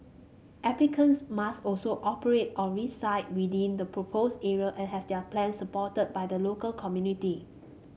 applicants must also operate or reside within the proposed area and have their plans supported by the local community